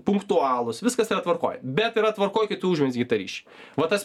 punktualūs viskas yra tvarkoj bet yra tvarkoj kai tu užmezgi tą ryšį va tas